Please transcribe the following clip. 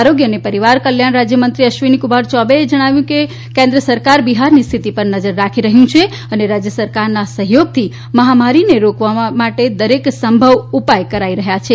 આરોગ્ય અને પરિવાર કલ્યાણ રાજ્યમંત્રી અશ્વિનીકુમાર યૌબેએ કહ્યું કે કેન્દ્ર સરકાર બિહારની સ્થિતિ પર નજર રાખી રહ્યું છે અને રાજ્ય સરકારના સહયોગથી મહામારીને રોકવા દરેક સંભવ ઉપાય કરાઈ રહ્યા છે